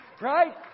Right